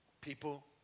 People